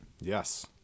Yes